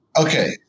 Okay